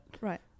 Right